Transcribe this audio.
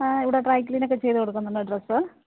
ആ ഇവിടെ ഡ്രൈ ക്ലീനൊക്കെ ചെയ്ത് കൊടുക്കുന്നുണ്ടോ ഡ്രെസ്സ്